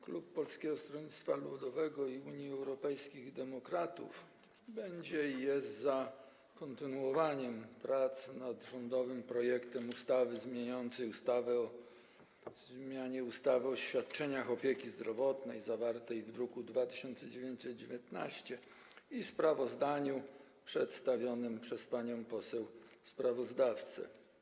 Klub Polskiego Stronnictwa Ludowego - Unii Europejskich Demokratów jest i będzie za kontynuowaniem prac nad rządowym projektem ustawy zmieniającej ustawę o zmianie ustawy o świadczeniach opieki zdrowotnej, zawartym w druku nr 2919, zgodnie ze sprawozdaniem przedstawionym przez panią poseł sprawozdawcę.